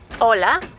Hola